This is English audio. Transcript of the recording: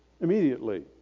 Immediately